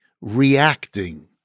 reacting